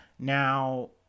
Now